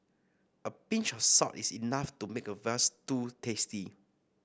a pinch of salt is enough to make a veal stew tasty